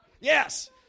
Yes